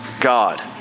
God